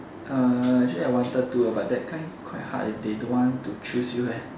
uh actually I wanted to lah but that time quite hard ah they don't want to choose you eh